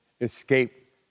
escape